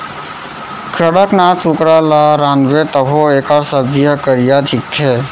कड़कनाथ कुकरा ल रांधबे तभो एकर सब्जी ह करिया दिखथे